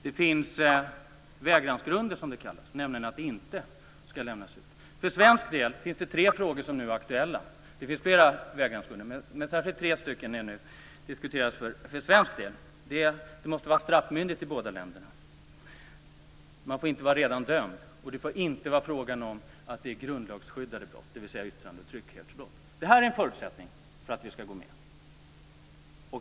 Det finns vägransgrunder, som det kallas. Man ska kunna vägra att lämna ut en person. För svensk del är det tre frågor som nu är aktuella. Det finns flera vägransgrunder, men särskilt tre diskuteras för svensk del. Personen måste vara straffmyndig i båda länderna. Han eller hon får inte redan vara dömd, och det får inte vara frågan om grundlagsskyddade brott, dvs. Detta är en förutsättning för att vi ska gå med.